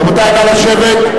רבותי, נא לשבת.